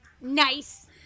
Nice